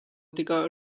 tikah